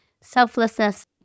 selflessness